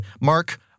Mark